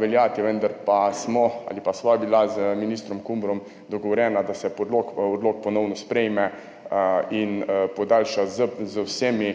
veljati, vendar pa smo ali pa sva bila z ministrom Kumrom dogovorjena, da se odlok ponovno sprejme in podaljša z vsemi